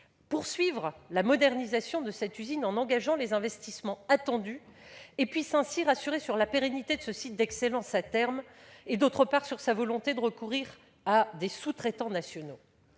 poursuive la modernisation de cette usine en engageant les investissements attendus et rassure ainsi sur la pérennité, à terme, de ce site d'excellence, ainsi que sur sa volonté de recourir à des sous-traitants nationaux.